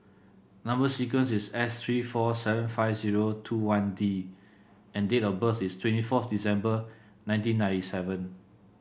number sequence is S three four seven five zero two one D and date of birth is twenty fourth December nineteen ninety seven